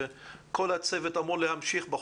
פחות או יותר כל הצוות אמור להמשיך.